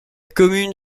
commune